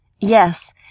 Yes